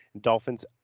Dolphins